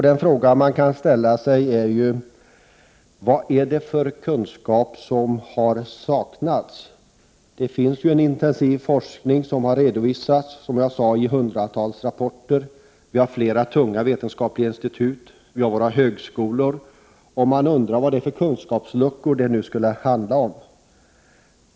Den fråga man kan ställa sig är: Vad är det för kunskap som saknas? Här pågår ju en intensiv forskning, som har redovisats i hundratals rapporter, och det finns flera tunga vetenskapliga institut och högskolor. Vilka kunskapsluckor handlar det om?